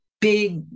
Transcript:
big